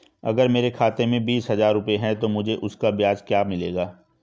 अगर मेरे खाते में बीस हज़ार रुपये हैं तो मुझे उसका ब्याज क्या मिलेगा?